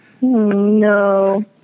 No